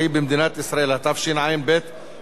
התשע"ב 2012,